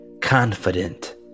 confident